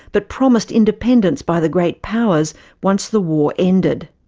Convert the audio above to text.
but promised independence by the great powers once the war ended.